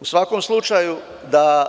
U svakom slučaju, da